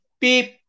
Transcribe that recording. Beep